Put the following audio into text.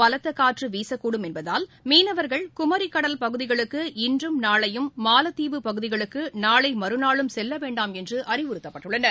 பலத்த காற்று வீசக்கூடும் என்பதால் மீனவர்கள் குமரிக் கடல் பகுதிகளுக்கு இன்றும் நாளையும் மாலத்தீவு பகுதிகளுக்கு நாளை மறுநாளும் செல்ல வேண்டாம் என்று அறிவுறுத்தப்பட்டுள்ளனர்